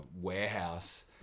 warehouse